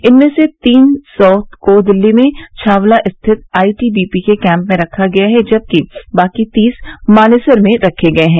इनमें से तीन सौ को दिल्ली में छावला स्थित आईटीबीपी के कैम्प में रखा गया है जबकि बाकी तीस मानेसर में रखे गये हैं